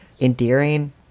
endearing